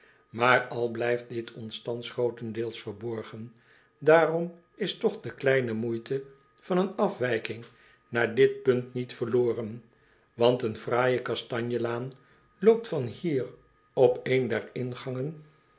maar al blijft dit ons thans grootendeels verborgen daarom is toch de kleine moeite van een afwijking naar dit punt niet verloren want een fraaije kastanjelaan loopt van hier op een der ingangen